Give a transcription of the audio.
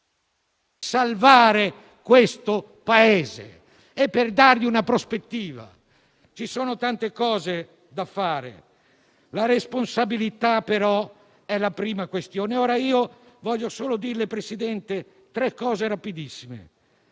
a salvare questo Paese e a dargli una prospettiva. Ci sono tante cose da fare, ma la responsabilità è la prima questione. Voglio solo dirle, Presidente, tre cose rapidissime: